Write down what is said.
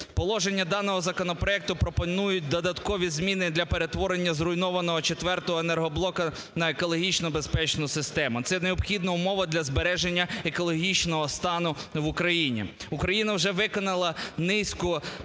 Положення даного законопроекту пропонують додаткові зміни для перетворення зруйнованого четвертого енергоблоку на екологічно безпечну систему – це необхідна умова для збереження екологічного стану в Україні. Україна вже виконала низку завдань